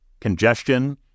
congestion